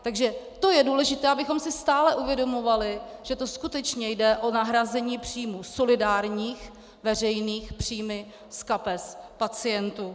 Takže to je důležité, abychom si stále uvědomovali, že skutečně jde o nahrazení příjmů solidárních, veřejných, příjmy z kapes pacientů.